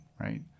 right